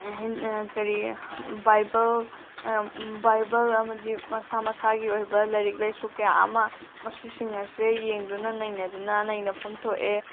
ꯀꯔꯤ Bible Bible ꯑꯃꯗꯤ ꯃꯁꯥ ꯃꯁꯥꯒꯤ ꯑꯣꯏꯕ ꯂꯥꯏꯔꯤꯛ ꯂꯥꯏꯁꯨ ꯀꯌꯥ ꯑꯃ ꯃꯁꯤꯁꯤꯡ ꯑꯁꯦ ꯌꯦꯡꯗꯨꯅ ꯅꯩꯅꯗꯨꯅ ꯅꯩꯅꯐꯝ ꯊꯣꯛꯑꯦ